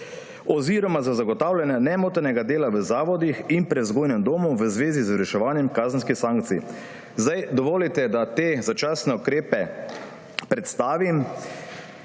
oziroma za zagotavljanje nemotenega dela v zavodih in prevzgojnih domovih v zvezi z reševanjem kazenskih sankcij. Dovolite, da te začasne ukrepe predstavim.